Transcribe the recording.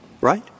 right